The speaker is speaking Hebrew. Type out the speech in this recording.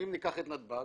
אם ניקח את נתב"ג,